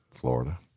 Florida